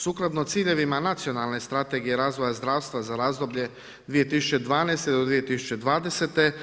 Sukladno ciljevima nacionalne strategije razvoja zdravstva za razdoblje 2012. do 2020.